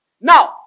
Now